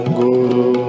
guru